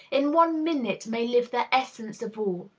in one minute may live the essence of all.